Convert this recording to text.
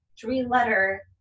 three-letter